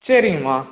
சரிங்கம்மா